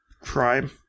crime